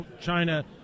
China